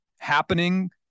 happening